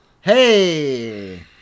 Hey